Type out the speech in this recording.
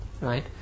right